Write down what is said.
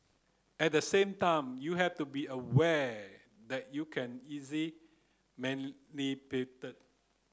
at the same time you have to be aware that you can easy